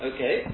Okay